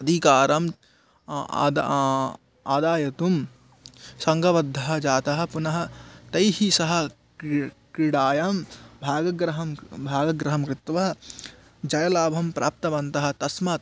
अधिकारं अद्य आदातुं सङ्गबद्धः जातः पुनः तैः सह किं क्रीडायां भागग्रहणं भागग्रहणं कृत्वा जयलाभं प्राप्तवन्तः तस्मात्